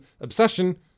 Obsession